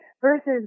versus